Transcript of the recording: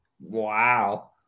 Wow